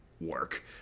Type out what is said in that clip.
work